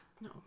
No